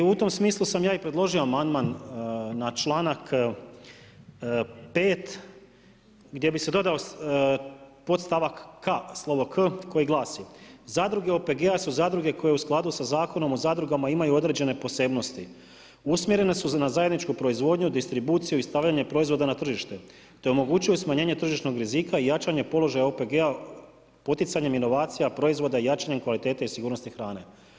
I u tom smislu sam ja i predložio amandman na čl. 5. gdje bi se dodao podstavak k koji glasi: zadruge OPG-a su zadruge koje u skladu sa Zakonom o zadrugama imaju određene posebnosti, usmjerene su na zajedničku proizvodnju, distribuciju i stavljanje proizvoda na tržište, te omogućuju smanjenje tržišnog rizika i jačanje položaja OPG-a, poticanjem inovacija, proizvoda i jačanjem kvalitete i sigurnosti hrane.